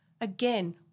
again